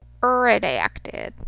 redacted